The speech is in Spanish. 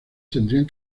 tendrían